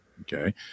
Okay